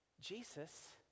Jesus